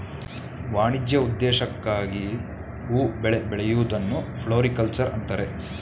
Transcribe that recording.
ವಾಣಿಜ್ಯ ಉದ್ದೇಶಕ್ಕಾಗಿ ಹೂ ಬೆಳೆ ಬೆಳೆಯೂದನ್ನು ಫ್ಲೋರಿಕಲ್ಚರ್ ಅಂತರೆ